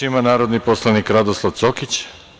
Reč ima narodni poslanik Radoslav Cokić.